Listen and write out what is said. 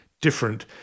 different